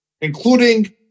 including